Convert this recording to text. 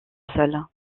sol